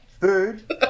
Food